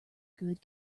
good